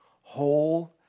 whole